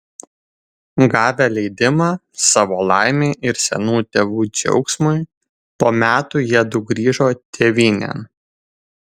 gavę leidimą savo laimei ir senų tėvų džiaugsmui po metų jiedu grįžo tėvynėn